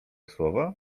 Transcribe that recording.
słowa